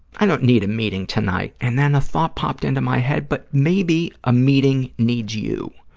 i don't need a meeting tonight. and then a thought popped into my head, but maybe a meeting needs you,